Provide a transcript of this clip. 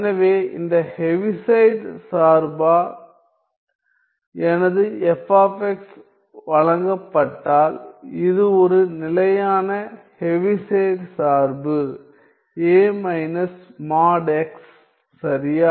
எனவே இந்த ஹெவிசைட் சார்பா எனது f வழங்கப்பட்டால் இது ஒரு நிலையான ஹெவிசைட் சார்பு a − |x| சரியா